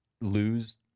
lose